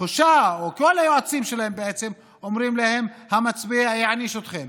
התחושה היא שכל היועצים שלהם בעצם אומרים להם: המצביע יעניש אתכם,